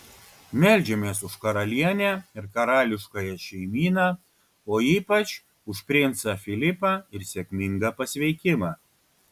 meldžiamės už karalienę ir karališkąją šeimyną o ypač už princą filipą ir sėkmingą pasveikimą